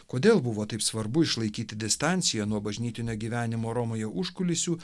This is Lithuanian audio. kodėl buvo taip svarbu išlaikyti distanciją nuo bažnytinio gyvenimo romoje užkulisių